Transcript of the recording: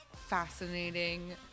fascinating